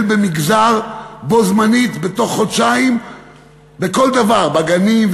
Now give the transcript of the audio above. במגזר בו-זמנית בתוך חודשיים בכל דבר: בגנים,